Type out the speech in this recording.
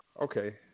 Okay